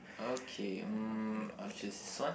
okay mm I'll choose this one